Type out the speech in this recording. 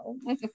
No